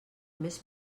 més